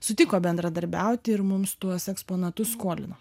sutiko bendradarbiauti ir mums tuos eksponatus skolino